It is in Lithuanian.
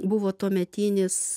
buvo tuometinis